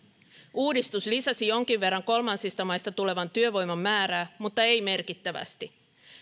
uudistus lisäsi jonkin verran kolmansista maista tulevan työvoiman määrää mutta ei merkittävästi